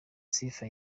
sifa